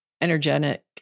energetic